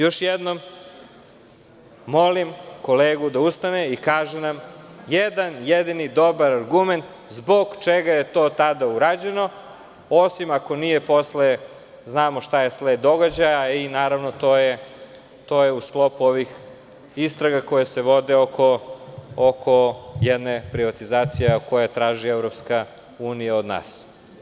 Još jednom, molim kolegu da ustane i kaže nam jedan jedini dobar argument zbog čega je to tada urađeno, osim ako nije posle, znamo šta je sled događaja i naravno to je u sklopu ovih istraga koje se vode oko jedne privatizacije, a koju traži EU od nas.